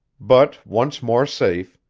but, once more safe,